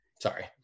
Sorry